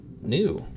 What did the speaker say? new